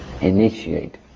initiate